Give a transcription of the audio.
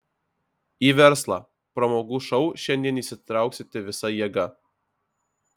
į verslą pramogų šou šiandien įsitrauksite visa jėga